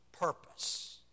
purpose